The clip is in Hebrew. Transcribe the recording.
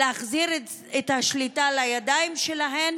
להחזיר את השליטה לידיים שלהן,